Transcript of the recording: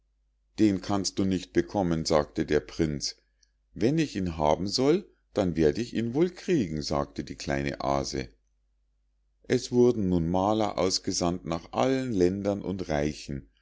den kannst du nicht bekommen sagte der prinz wenn ich ihn haben soll dann werd ich ihn wohl kriegen sagte die kleine aase es wurden nun maler ausgesandt nach allen ländern und reichen